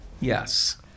Yes